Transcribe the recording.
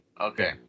Okay